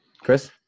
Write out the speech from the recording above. Chris